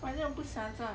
我真的不喜欢